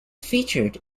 featured